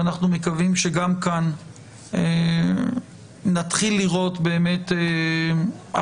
ואנחנו מקווים שגם כאן נתחיל לראות באמת הפחתה.